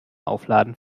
aufladen